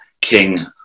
king